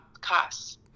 costs